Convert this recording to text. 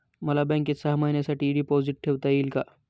मला बँकेत सहा महिन्यांसाठी डिपॉझिट ठेवता येईल का?